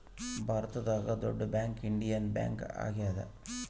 ಭಾರತದಾಗ ದೊಡ್ಡ bank Indian bank ಆಗ್ಯಾದ